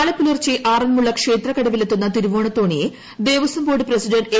നാളെ പുലർച്ചെ ആറന്മുള ക്ഷേത്ര കടവിൽ എത്തുന്ന തിരുവോണത്തോണിയെ ദേവസ്വം ബോർഡ് പ്രസിഡന്റ് എ